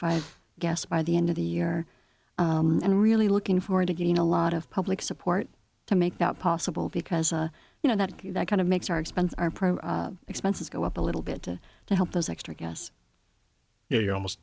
five guests by the end of the year and i'm really looking forward to getting a lot of public support to make that possible because you know that that kind of makes our expense our pro expenses go up a little bit to help those extra guess you're almost